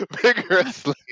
Vigorously